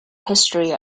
history